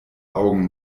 augen